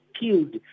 killed